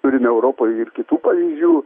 turime europoj ir kitų pavyzdžių